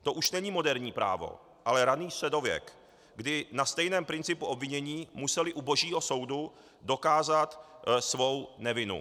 To už není moderní právo, ale raný středověk, kdy na stejném principu obvinění museli u božího soudu dokázat svou nevinu.